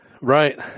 Right